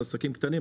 עסקים קטנים.